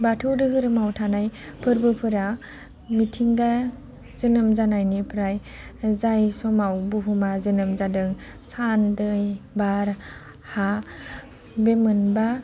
बोथौ दोहोरोमाव थानाय फोरबोफोरा मिथिंगा जोनोम जानायनिफ्राय जाय समाव बुहुमा जोनोम जादों सान दै बार हा बे मोनबा